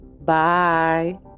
Bye